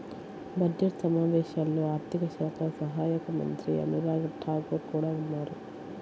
budget సమావేశాల్లో ఆర్థిక శాఖ సహాయక మంత్రి అనురాగ్ ఠాకూర్ కూడా ఉన్నారు